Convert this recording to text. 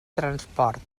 transport